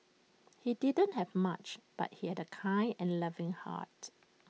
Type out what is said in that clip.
he didn't have much but he had A kind and loving heart